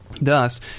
Thus